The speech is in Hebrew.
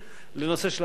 לנושא של הצעות החוק,